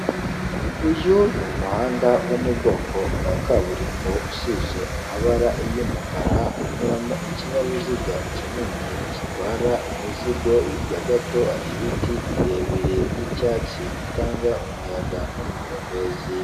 Uyu umuhanda wo mu bwoko bwa kaburimbo usize amabara y'umukara anyuramo ikinyabiziga kinini gitwara imizigo, hirya gato hari ibiti birebire by'icyatsi bitanga umuyaga n'amahumbezi.